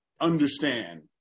understand